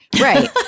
right